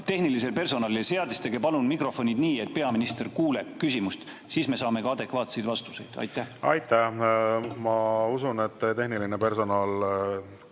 tehnilisele personalile: seadistage palun mikrofonid nii, et peaminister kuuleks küsimust, siis me saame ka adekvaatseid vastuseid. Aitäh! Ma usun, et tehniline personal